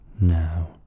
Now